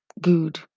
good